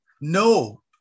No